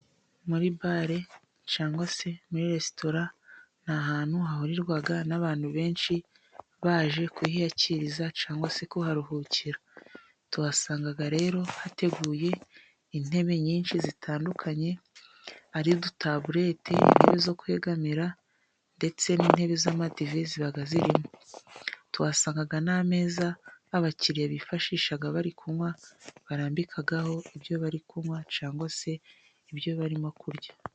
Muri bare cyangwa se muri resitora ni ahantu hahurirwa n'abantu benshi, baje kuhiyakiriza cyangwa se kuharuhukira. Tuhasanga rero hateguye intebe nyinshi zitandukanye, ari udutaburete n'izo kwegamira, ndetse n'intebe z'amadive ziba zirimo. Tuhasanga n'ameza abakiriya bifashisha bari kunywa, barambikaho ibyo bari kunywa cyangwa se ibyo barimo kurya.